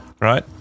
right